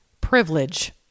privilege